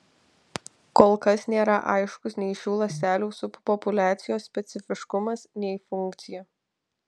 kol kas nėra aiškus nei šių ląstelių subpopuliacijos specifiškumas nei funkcija